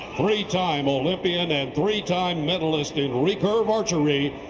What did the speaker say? three time olympian and three time medalist in recur of archery,